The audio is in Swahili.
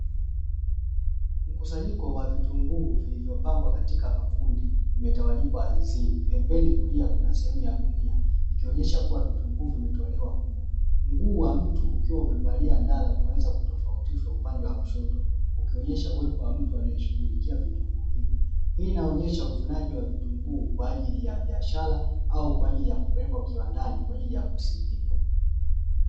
Mkusanyiko wa vitunguu vilivyopangwa katika makundi, vimetawanyika ardhini. Pembeni kulia kuna sehemu ya gunia, ikionyesha kuwa vitunguu vimetolewa humo. Mguu wa mtu ukiwa umevalia ndala, unaweza kutofautishwa upande wa kushoto, ukionyesha uwepo wa mtu anayeshughulikia vitunguu hivyo. Hii inaonyesha uvunaji wa vitunguu, kwa ajili ya biashara au kwa ajili ya kupelekwa kiwandani kwa ajili ya kusindikwa.